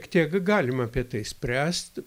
tiek galima apie tai spręst